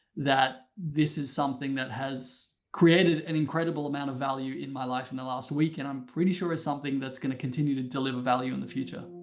that this is something that has created an incredible amount of value in my life in the last week and i'm pretty sure it's something that's gonna continue to deliver value in the future.